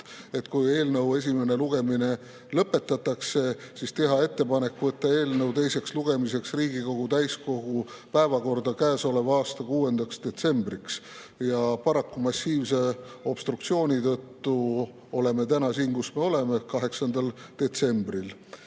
et kui eelnõu esimene lugemine lõpetatakse, siis tehakse ettepanek võtta eelnõu teiseks lugemiseks Riigikogu täiskogu päevakorda käesoleva aasta 6. detsembriks. Paraku oleme massiivse obstruktsiooni tõttu siin, kus me oleme, täna, 8. detsembril.